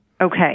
Okay